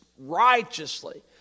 Righteously